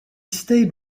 stayed